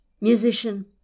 Musician